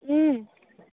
ꯎꯝ